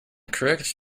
correct